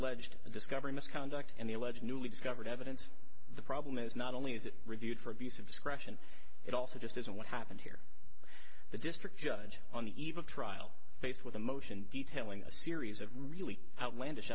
alleged discovery misconduct and the alleged newly discovered evidence the problem is not only is it reviewed for abuse of discretion it also just isn't what happened here the district judge on the eve of trial faced with a motion detailing a series of really outlandish